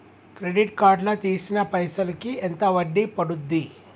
Credit card లా తీసిన పైసల్ కి ఎంత వడ్డీ పండుద్ధి?